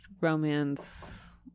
romance